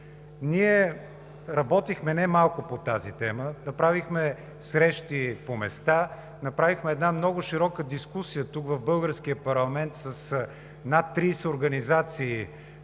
Ние работихме немалко по тази тема, направихме срещи по места, направихме една много широка дискусия тук в българския парламент с над 30 организации,